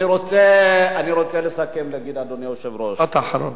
אני רוצה לסכם, אדוני היושב-ראש, משפט אחרון.